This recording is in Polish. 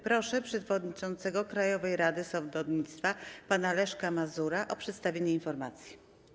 Proszę przewodniczącego Krajowej Rady Sądownictwa pana Leszka Mazura o przedstawienie informacji.